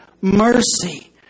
mercy